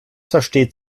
versteht